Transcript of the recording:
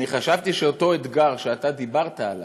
אני חשבתי שאותו אתגר שאתה דיברת עליו,